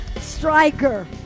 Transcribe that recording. striker